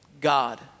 God